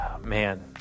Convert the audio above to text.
man